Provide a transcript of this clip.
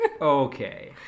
Okay